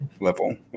level